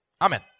Amen